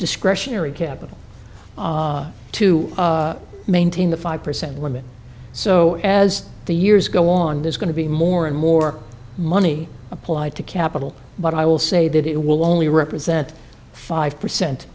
discretionary capital to maintain the five percent women so as the years go on there's going to be more and more money applied to capital but i will say that it will only represent five percent